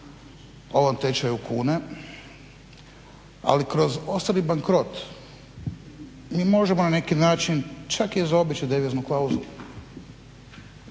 ovom tečaju kune. Ali kroz osobni bankrot mi možemo na neki način čak i za običnu deviznu klauzulu,